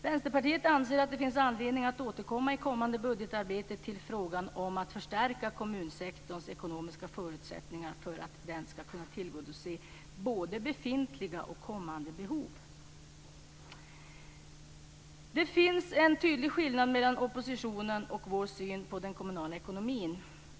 Vänsterpartiet anser att det finns anledning att återkomma i kommande budgetarbete till frågan om att förstärka kommunsektorns ekonomiska förutsättningar för att den ska kunna tillgodose både befintliga och kommande behov. Det finns en tydlig skillnad mellan oppositionens och vår syn på den kommunala ekonomin.